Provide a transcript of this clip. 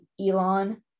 Elon